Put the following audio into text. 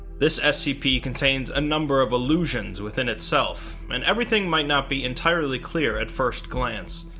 this scp contains a number of allusions within itself, and everything might not be entirely clear at first glance,